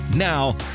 Now